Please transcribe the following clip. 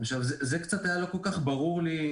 זה קצת היה לא כל כך ברור לי.